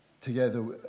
together